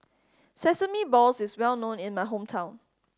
sesame balls is well known in my hometown